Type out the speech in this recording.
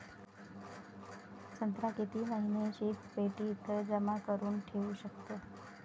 संत्रा किती महिने शीतपेटीत जमा करुन ठेऊ शकतो?